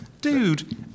dude